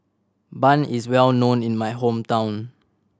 bun is well known in my hometown